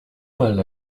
mal